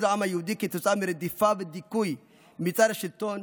העם היהודי כתוצאה מרדיפה ודיכוי מצד השלטון